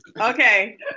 Okay